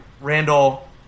Randall